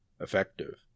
effective